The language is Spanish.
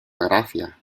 gracia